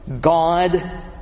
God